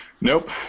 Nope